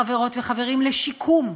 חברות וחברים, לשיקום.